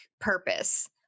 purpose